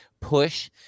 push